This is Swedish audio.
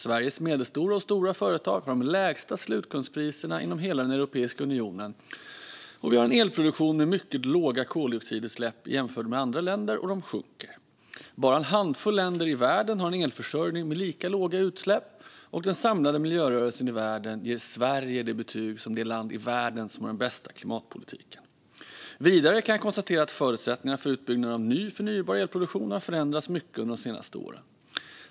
Sveriges medelstora och stora företag har de lägsta slutkundspriserna inom hela Europeiska unionen. Vi har en elproduktion med mycket låga koldioxidutsläpp i jämförelse med andra länder, och de sjunker. Bara en handfull länder i världen har en elförsörjning med lika låga utsläpp. Den samlade miljörörelsen i världen ger Sverige betyg som det land i världen som har den bästa klimatpolitiken. Vidare kan jag konstatera att förutsättningarna för utbyggnaden av ny förnybar elproduktion har förändrats mycket under de senaste åren.